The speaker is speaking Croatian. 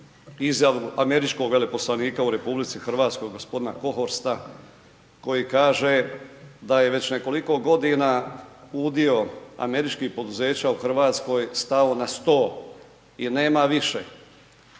izjavu američkog veleposlanika u RH gospodina Kohorsta koji kaže da je već nekoliko godina udio američkih poduzeća u Hrvatskoj stao na 100 i nema više.